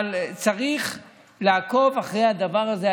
אבל צריך לעקוב אחרי הדבר הזה.